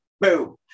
boom